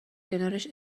کنارش